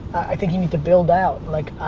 i think you need to build out like,